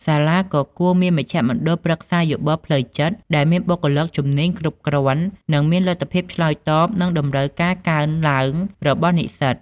សាលាក៏គួរមានមជ្ឈមណ្ឌលប្រឹក្សាយោបល់ផ្លូវចិត្តដែលមានបុគ្គលិកជំនាញគ្រប់គ្រាន់និងមានលទ្ធភាពឆ្លើយតបនឹងតម្រូវការកើនឡើងរបស់និស្សិត។